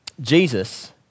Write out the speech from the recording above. Jesus